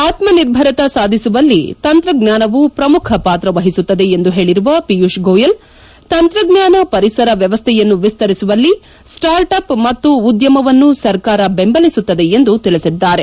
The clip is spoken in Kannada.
ಆತ್ಸನಿರ್ಭರತ ಸಾಧಿಸುವಲ್ಲಿ ತಂತ್ರಜ್ಞಾನವು ಪ್ರಮುಖ ಪಾತ್ರ ವಹಿಸುತ್ತದೆ ಎಂದು ಹೇಳರುವ ಪಿಯೂಷ್ ಗೋಯಲ್ ತಂತ್ರಜ್ಞಾನ ಪರಿಸರ ವ್ಯವಶ್ಠೆಯನ್ನು ವಿಸ್ತರಿಸುವಲ್ಲಿ ಸ್ಟಾರ್ಟ್ ಅಪ್ ಮತ್ತು ಉದ್ಯಮವನ್ನು ಸರ್ಕಾರ ಬೆಂಬಲಿಸುತ್ತದೆ ಎಂದು ಅವರು ತಿಳಿಸಿದ್ದಾರೆ